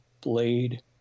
Blade